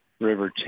River